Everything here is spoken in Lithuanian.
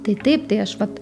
tai taip tai aš vat